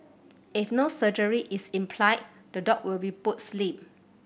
if no surgery is implied the dog will be put sleep